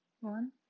one